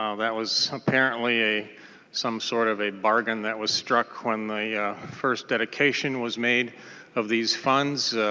um that was apparently some sort of a bargain that was struck when the yeah first dedication was made of these funds.